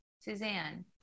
Suzanne